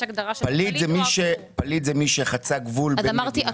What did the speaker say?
פליט זה מי שחצה גבול בין מדינה --- אז אמרתי עקור.